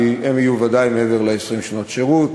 כי הם יהיו ודאי מעבר ל-20 שנות שירות,